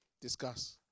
Discuss